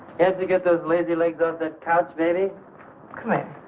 as you get those lazy legs of the couch very quiet.